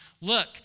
look